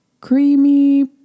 creamy